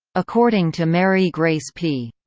according to mary grace p.